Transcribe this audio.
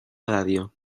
radio